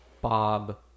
Bob